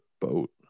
boat